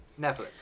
Netflix